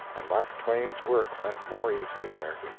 and mark twain's work went more easily there.